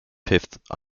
fifth